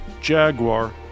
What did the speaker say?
Jaguar